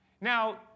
Now